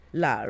la